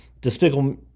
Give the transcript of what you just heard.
Despicable